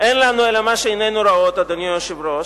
אדוני היושב-ראש,